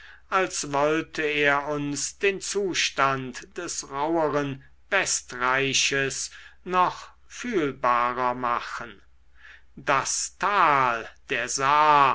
als wollte er uns den zustand des rauheren westreiches noch fühlbarer machen das tal der saar